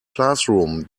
classroom